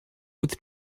with